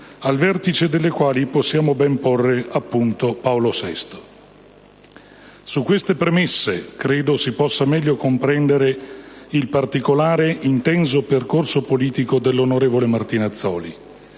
al vertice delle quali possiamo ben porre - appunto - Paolo VI. Su queste premesse credo si possa meglio comprendere il particolare, intenso percorso politico dell'onorevole Martinazzoli: